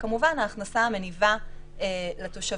וכמובן ההכנסה המניבה לתושבים.